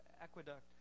aqueduct